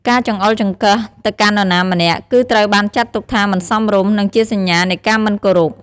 ការចង្អុលចង្កឹះទៅកាន់នរណាម្នាក់ គឺត្រូវបានចាត់ទុកថាមិនសមរម្យ និងជាសញ្ញានៃការមិនគោរព។